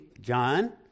John